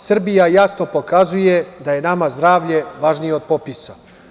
Srbija jasno pokazuje da je nama zdravlje važnije od popisa.